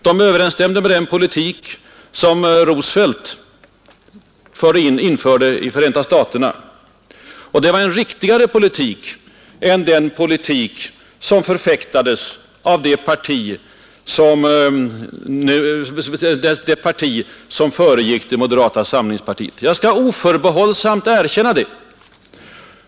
De överensstämde med den politik som Roosevelt förde in i Förenta staterna. Det var en riktigare politik än den som förfäktades av det parti som föregick moderata samlingspartiet. Jag skall oförbehållsamt erkänna det.